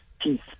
peace